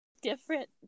different